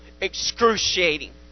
excruciating